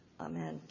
Amen